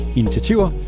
initiativer